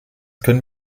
können